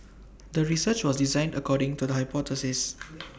the research was designed according to the hypothesis